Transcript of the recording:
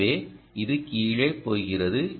எனவே இது கீழே போகிறது